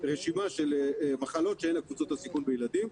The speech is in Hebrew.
רשימה של מחלות, שאלה קבוצות הסיכון בילדים,